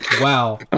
wow